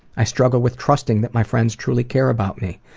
i struggle with trusting that my friends truly care about me.